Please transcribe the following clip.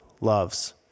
loves